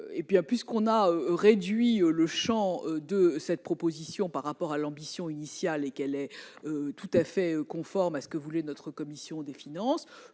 puisque l'on a réduit le champ de cette proposition de loi par rapport à l'ambition initiale et qu'elle est tout à fait conforme à ce que voulait notre commission des finances,